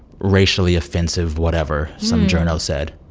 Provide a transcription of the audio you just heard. racially offensive whatever some journalist said?